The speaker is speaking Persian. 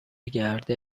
گرده